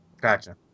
Gotcha